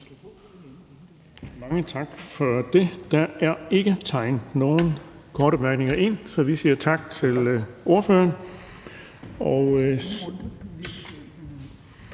Mange tak for det. Der er ikke tegnet nogen ind for korte bemærkninger, så vi siger tak til ordføreren.